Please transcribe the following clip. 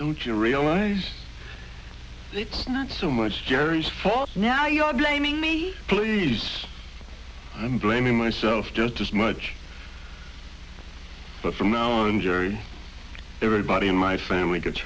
don't you realize it's not so much jerry's false now you're blaming me please i'm blaming myself just as much for no injury everybody in my family gets